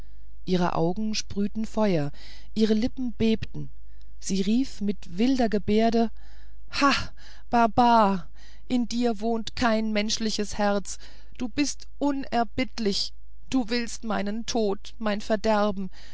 ihre augen sprühten feuer ihre lippen bebten sie rief mit wilder gebärde ha barbar in dir wohnt kein menschliches herz du bist unerbittlich du willst meinen tod mein verderben